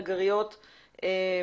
נגריות,